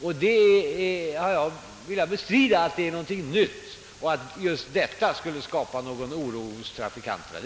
Jag har velat bestrida att detta är någonting nytt och att just detta skulle skapa oro hos trafikanterna.